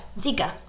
Zika